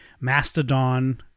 Mastodon